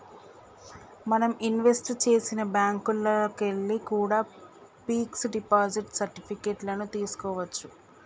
మనం ఇన్వెస్ట్ చేసిన బ్యేంకుల్లోకెల్లి కూడా పిక్స్ డిపాజిట్ సర్టిఫికెట్ లను తీస్కోవచ్చు